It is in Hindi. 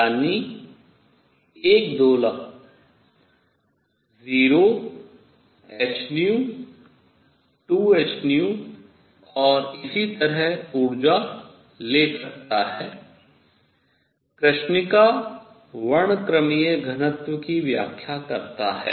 यानी एक दोलक 0hν 2hν और इसी तरह ऊर्जा ले सकता है कृष्णिका वर्णक्रमीय घनत्व की व्याख्या करता है